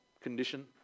condition